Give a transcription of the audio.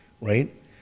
right